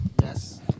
Yes